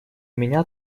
меня